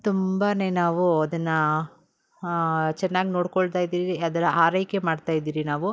ತುಂಬನೇ ನಾವು ಅದನ್ನು ಚೆನ್ನಾಗಿ ನೋಡ್ಕೋಳ್ತಾಯಿದ್ದೀವಿ ಅದರ ಆರೈಕೆ ಮಾಡ್ತಾಯಿದ್ದೀವಿ ನಾವು